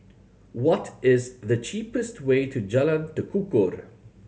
what is the cheapest way to Jalan Tekukor